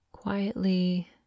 Quietly